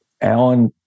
Alan